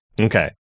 Okay